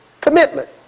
Commitment